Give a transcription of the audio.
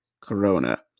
corona